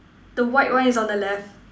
the white one is on the left